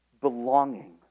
belonging